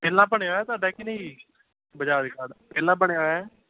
ਪਹਿਲਾਂ ਬਣਿਆ ਹੋਇਆ ਤੁਹਾਡਾ ਕਿ ਨਹੀਂ ਬਜਾਜ ਕਾਰਡ ਪਹਿਲਾਂ ਬਣਿਆ ਹੋਇਆ